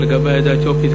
לגבי העדה האתיופית,